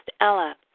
Ella